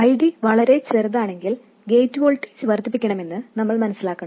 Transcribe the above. ID വളരേ ചെറുതാണെങ്കിൽ gate voltage വർദ്ധിപ്പിക്കണമെന്ന് നമ്മൾ മനസിലാക്കണം